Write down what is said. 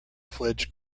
fledged